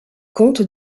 comtes